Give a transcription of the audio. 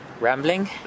rambling